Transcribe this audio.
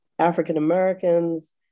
African-Americans